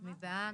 מי בעד?